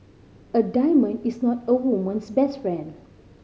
a diamond is not a woman's best friend